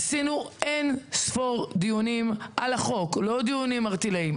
עשינו אין-ספור דיונים על החוק: לא דיונים ערטילאיים,